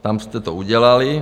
Tam jste to udělali.